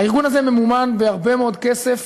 הארגון הזה ממומן בהרבה מאוד כסף